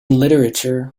literature